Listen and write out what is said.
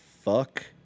fuck